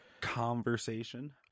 conversation